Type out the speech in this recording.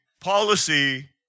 policy